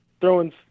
throwing